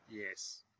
Yes